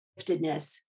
giftedness